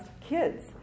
Kids